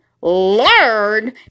learn